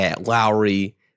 Lowry